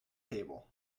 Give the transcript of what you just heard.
table